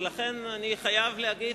לכן אני חייב להגיד,